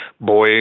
boy